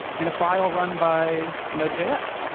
and a file run by node js.